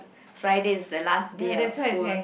Friday is the last day of school